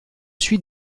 suit